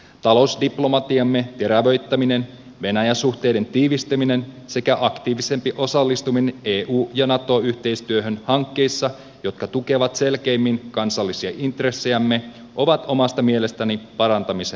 talousdiplomatiamme terävöittäminen venäjä suhteiden tiivistäminen sekä aktiivisempi osallistuminen eu ja nato yhteistyöhön hankkeissa jotka tukevat selkeimmin kansallisia intressejämme ovat omasta mielestäni parantamisen kohteita